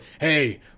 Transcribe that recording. hey